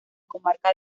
comarca